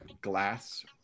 glass